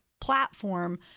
platform